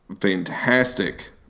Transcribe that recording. fantastic